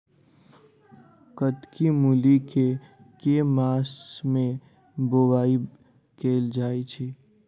कत्की मूली केँ के मास मे बोवाई कैल जाएँ छैय?